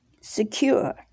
secure